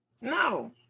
No